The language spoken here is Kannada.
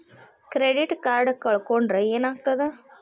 ಕ್ರೆಡಿಟ್ ಕಾರ್ಡ್ ಕಳ್ಕೊಂಡ್ರ್ ಏನಾಗ್ತದ?